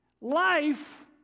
life